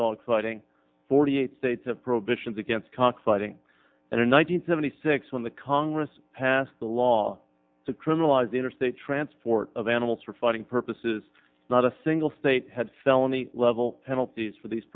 dog fighting forty eight states have prohibitions against cockfighting and in one hundred seventy six when the congress passed a law to criminalize interstate transport of animals for fighting purposes not a single state had felony level penalties for these